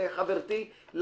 חברתי,